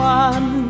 one